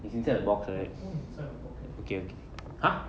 it's inside a box right okay okay !huh!